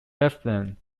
bethlehem